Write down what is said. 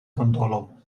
gondolą